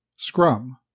Scrum